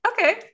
okay